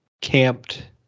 camped